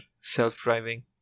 self-driving